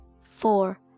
four